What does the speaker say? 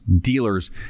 dealers